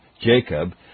Jacob